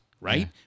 right